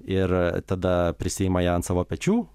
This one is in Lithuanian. ir tada prisiima ją ant savo pečių